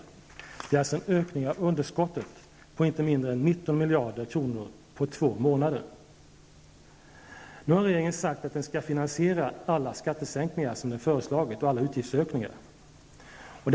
Det är alltså en ökning av underskottet på inte mindre än 19 miljarder kronor på två månader. Nu har regeringen sagt att den skall finansiera alla skattesänkningar och alla utgiftsökningar som den föreslagit.